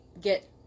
get